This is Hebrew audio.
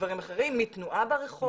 מדברים אחרים, מתנועה ברחוב.